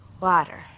Water